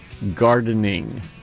gardening